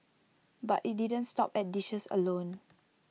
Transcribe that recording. but IT didn't stop at dishes alone